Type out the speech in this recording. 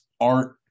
art